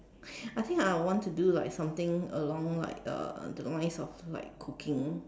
I think I would want to like something along like uh the lines of doing like cooking